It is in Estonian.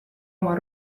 oma